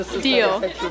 Deal